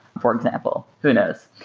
for example. who knows?